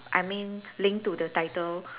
I mean link to the title